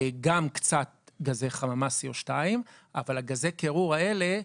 וגם קצת גזי חממה CO2, אבל גזי הקירור האלה,